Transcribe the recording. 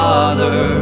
Father